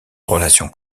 relation